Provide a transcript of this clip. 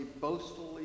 boastfully